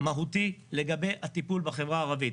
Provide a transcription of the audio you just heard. מהותי לגבי הטיפול בחברה הערבית.